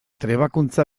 trebakuntza